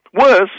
Worse